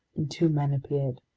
and two men appeared.